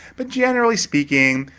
but generally speaking,